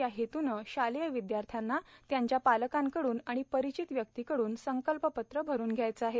या हेतूनं शालेय विद्यार्थ्यांना त्यांच्या पालकांकडून आणि परिचित व्यक्तीकडून संकल्पपत्र भरून घ्यायचे आहे